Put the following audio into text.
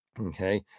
okay